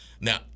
now